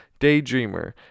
Daydreamer